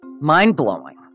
mind-blowing